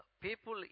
people